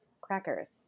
crackers